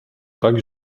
tak